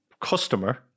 customer